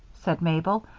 said mabel.